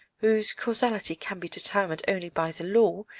whose causality can be determined only by the law,